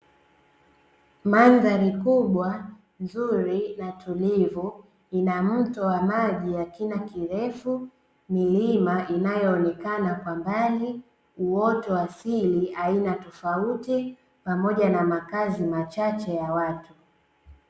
Mandhari kubwa, nzuri na tulivu; ina mto wa maji wa kina kirefu, milima inayoonekana kwa mbali, uoto wa asili aina tofauti, pamoja na makazi machache ya watu.